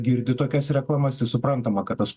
girdi tokias reklamas tai suprantama kad tas